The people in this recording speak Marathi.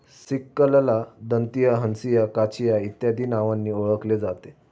सिकलला दंतिया, हंसिया, काचिया इत्यादी नावांनी ओळखले जाते